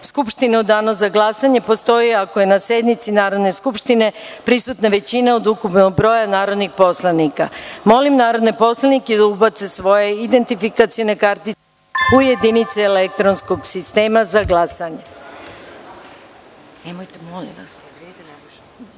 skupštine u Danu za glasanje postoji ako je na sednici Narodne skupštine prisutna većina od ukupnog broja narodnih poslanika. Molim narodne poslanike da ubace svoje identifikacione kartice u jedinice elektronskog sistema za